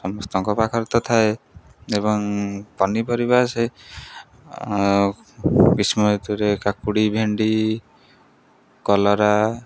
ସମସ୍ତଙ୍କ ପାଖରେ ତ ଥାଏ ଏବଂ ପନିପରିବା ସେ ଗ୍ରୀଷ୍ମ ଋତୁରେ କାକୁଡ଼ି ଭେଣ୍ଡି କଲରା